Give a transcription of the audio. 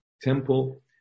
temple